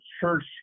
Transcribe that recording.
church